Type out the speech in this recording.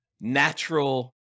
natural